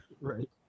Right